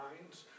minds